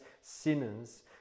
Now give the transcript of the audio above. sinners